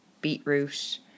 beetroot